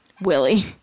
Willie